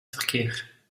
verkeer